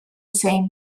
same